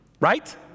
right